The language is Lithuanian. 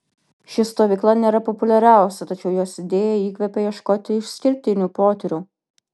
ši stovykla nėra populiariausia tačiau jos idėja įkvepia ieškoti išskirtinių potyrių